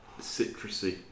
citrusy